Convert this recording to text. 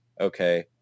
Okay